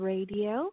Radio